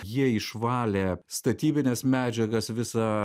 jie išvalė statybines medžiagas visą